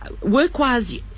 work-wise